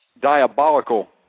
diabolical